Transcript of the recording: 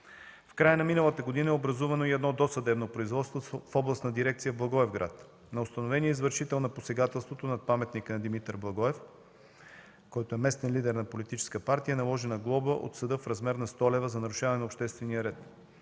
В края на миналата година е образувано и едно досъдебно производство в Областна дирекция – Благоевград. На установения извършител на посегателството над паметника на Димитър Благоев, който е местен лидер на политическа партия, е наложена глоба от съда в размер от 100 лв. за нарушаване на обществения ред.